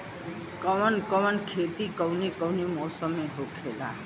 कवन कवन खेती कउने कउने मौसम में होखेला?